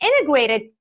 integrated